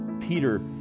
Peter